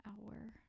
Hour